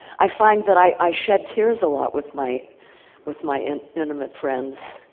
i find that i shed tears a lot with my with my intimate friends.